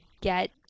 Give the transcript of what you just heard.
get